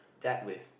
that with